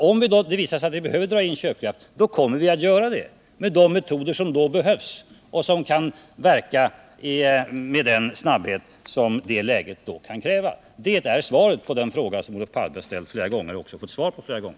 Om det emellertid visar sig att vi behöver dra in köpkraft, då kommer vi också att göra det med de metoder som behövs och som kan tänkas verka med den snabbhet som läget då kan kräva. — Detta är svaret på den fråga som Olof Palme ställt flera gånger och även fått svar på flera gånger.